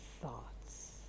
thoughts